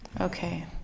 Okay